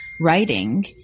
writing